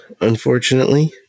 unfortunately